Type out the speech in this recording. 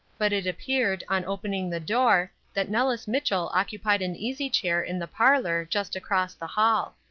but it appeared, on opening the door, that nellis mitchell occupied an easy-chair in the parlor, just across the hall.